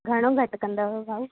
घणो घटि कंदव भाउ